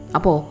Apo